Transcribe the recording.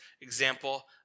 example